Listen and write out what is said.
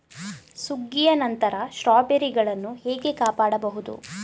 ಸುಗ್ಗಿಯ ನಂತರ ಸ್ಟ್ರಾಬೆರಿಗಳನ್ನು ಹೇಗೆ ಕಾಪಾಡ ಬಹುದು?